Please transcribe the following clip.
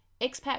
Expat